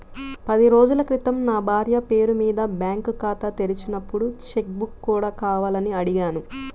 పది రోజుల క్రితం నా భార్య పేరు మీద బ్యాంకు ఖాతా తెరిచినప్పుడు చెక్ బుక్ కూడా కావాలని అడిగాను